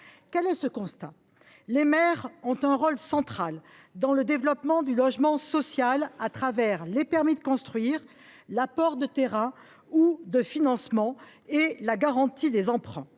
Quel est ce constat ? Les maires ont un rôle central dans le développement du logement social au travers des permis de construire, de l’apport de terrains ou de financements et de la garantie des emprunts.